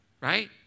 right